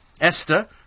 Esther